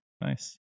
Nice